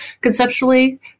conceptually